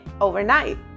overnight